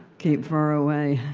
keep far away.